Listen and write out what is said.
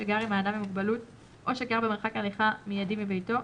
שגר עם האדם עם מוגבלות או שגר במרחק הליכה מיידי מביתו,